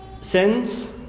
sins